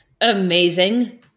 Amazing